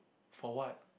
for what